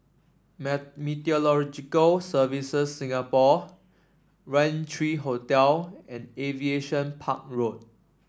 Meteorological Services Singapore Raintree Hotel and Aviation Park Road